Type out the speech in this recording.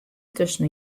tusken